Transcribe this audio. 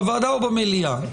בוועדה או במליאה,